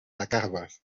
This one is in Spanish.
acabas